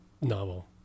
novel